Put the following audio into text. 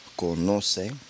conoce